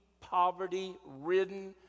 poverty-ridden